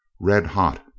Red-hot